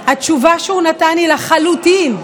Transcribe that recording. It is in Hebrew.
התשובה שהוא נתן היא לחלוטין,